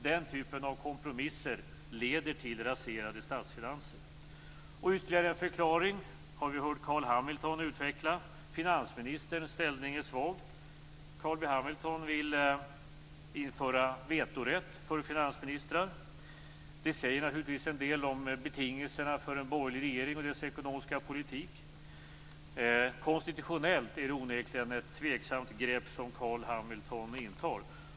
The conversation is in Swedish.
Den typen av kompromisser leder till raserade statsfinanser. Carl B Hamilton har utvecklat ytterligare en förklaring. Finansministerns ställning är svag. Carl B Hamilton vill införa vetorätt för finansministrar. Det säger naturligtvis en del om betingelserna för en borgerlig regering och dess ekonomiska politik. Konstitutionellt är det onekligen ett tveksamt grepp som Carl B Hamilton vill införa.